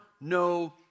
no